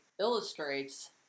illustrates